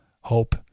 hope